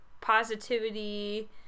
positivity